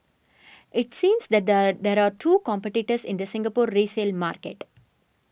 it seems that there there are two competitors in the Singapore resale market